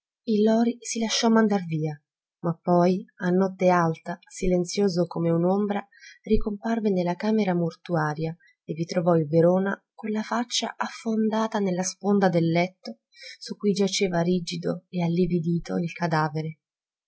il lori si lasciò mandar via ma poi a notte alta silenzioso come un'ombra ricomparve nella camera mortuaria e vi trovò il verona con la faccia affondata nella sponda del letto su cui giaceva rigido e allividito il cadavere